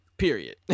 Period